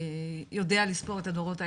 יודע לספור את הדורות האלה,